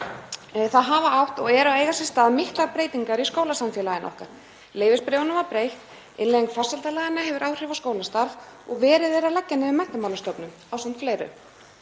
Það hafa átt og eru að eiga sér stað miklar breytingar í skólasamfélaginu okkar. Leyfisbréfum var breytt, innleiðing farsældarlaganna hefur áhrif á skólastarf og verið er að leggja niður Menntamálastofnun ásamt fleiru.